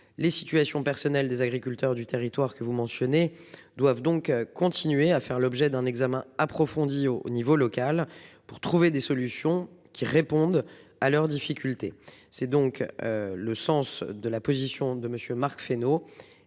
Les situations personnelles des agriculteurs du territoire que vous mentionnez doivent donc continuer à faire l'objet d'un examen approfondi au niveau local pour trouver des solutions qui répondent à leurs difficultés. C'est donc. Le sens de la position de monsieur Marc Fesneau